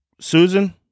Susan